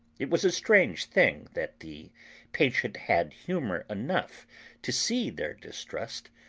it was a strange thing that the patient had humour enough to see their distrust,